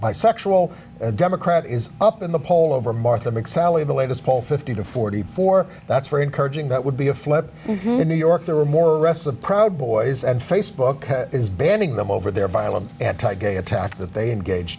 bisexual democrat is up in the poll over martha mix out the latest poll fifty to forty four that's very encouraging that would be a flip new york there were more arrests of proud boys and facebook is banning them over their violent anti gay attack that they engage